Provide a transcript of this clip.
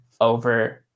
over